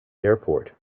airport